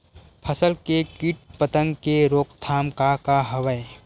फसल के कीट पतंग के रोकथाम का का हवय?